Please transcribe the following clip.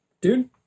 dude